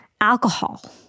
alcohol